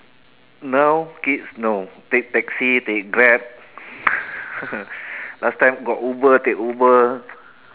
now kids no take taxi take Grab last time got Uber take Uber